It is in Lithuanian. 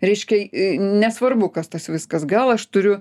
reiškia nesvarbu kas tas viskas gal aš turiu